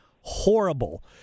horrible